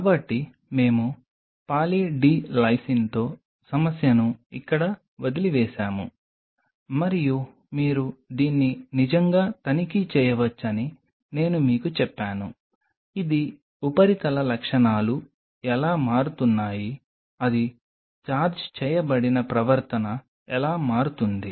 కాబట్టి మేము poly D లైసిన్తో సమస్యను ఇక్కడ వదిలివేసాము మరియు మీరు దీన్ని నిజంగా తనిఖీ చేయవచ్చని నేను మీకు చెప్పాను ఇది ఉపరితల లక్షణాలు ఎలా మారుతున్నాయి అది ఛార్జ్ చేయబడిన ప్రవర్తన ఎలా మారుతుంది